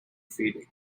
feeding